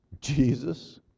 Jesus